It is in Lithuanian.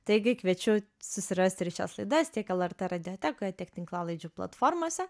taigi kviečiu susirasti ir šias laidas tiek lrt radijotekoje tiek tinklalaidžių platformose